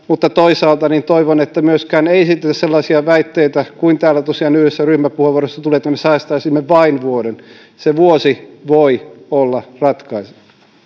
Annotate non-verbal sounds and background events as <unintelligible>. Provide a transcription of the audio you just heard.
<unintelligible> mutta toisaalta toivon että myöskään ei esitetä sellaisia väitteitä kuin täällä tosiaan yhdessä ryhmäpuheenvuorossa tuli että me säästäisimme vain vuoden se vuosi voi olla ratkaiseva